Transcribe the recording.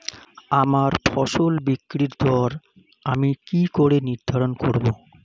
আমার ফসল বিক্রির দর আমি কি করে নির্ধারন করব?